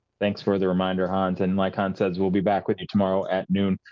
thanks for the reminder hans and like hondz says we'll be back with you tomorrow at noon,